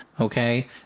okay